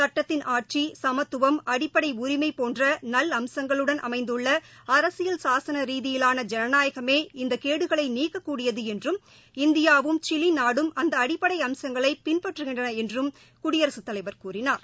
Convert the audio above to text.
சுட்டத்தின் ஆட்சி சமத்துவம் அடிப்படை உரிமை போன்ற நல்அம்சங்களுடன் அமைந்துள்ள அரசியல் சாசனரீதியான ஜனநாயகமே இந்த கேடுகளை நீக்கக்கூடியது என்றும் இந்தியாவும் சிலிநாடும் அந்த அடிப்படை அம்சங்களை பின்பற்றுகின்றன என்றும் கூறினார்